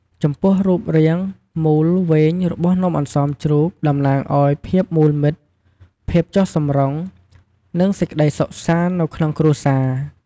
ចំពោះរូបរាងមូលវែងរបស់នំអន្សមជ្រូក តំណាងឲ្យ ភាពមូលមិត្ត ភាពចុះសម្រុង និងសេចក្តីសុខសាន្ត នៅក្នុងគ្រួសារ។